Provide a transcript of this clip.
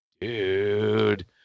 dude